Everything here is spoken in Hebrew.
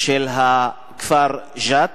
של הכפר ג'ת.